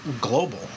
global